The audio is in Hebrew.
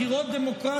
בחירות דמוקרטיות,